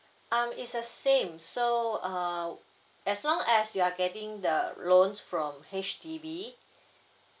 um it's the same so uh as long as you are getting the loans from H_D_B